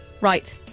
Right